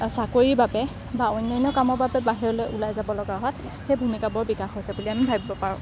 চাকৰিৰ বাবে বা অন্যান্য কামৰ বাবে বাহিৰলৈ ওলাই যাব লগা হয় সেই ভূমিকাবোৰৰ বিকাশ হৈছে বুলি আমি ভাবিব পাৰোঁ